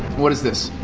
what is this?